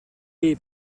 est